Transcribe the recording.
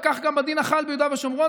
וכך גם בדין החל ביהודה ושומרון,